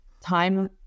time